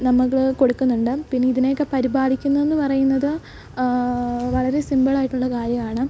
നമ്മൾ കൊടുക്കുന്നുണ്ട് പിന്നെ ഇതിനെയൊക്കെ പരിപാലിക്കുന്നെന്നു പറയുന്നത് വളരെ സിമ്പിളായിട്ടുള്ള കാര്യമാണ്